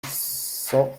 cent